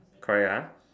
correct ah